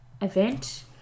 event